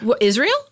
Israel